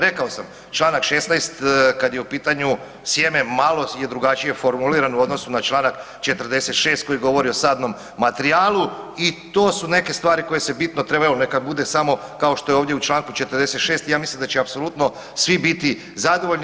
Rekao sam, čl. 16. kad je u pitanju sjeme malo je drugačije formulirano u odnosu na čl. 46. koji govori o sadnom materijalu i to su neke stvari koje se bitno trebaju, neka bude samo kao što je ovdje u čl. 46. i ja mislim da će apsolutno svi biti zadovoljni.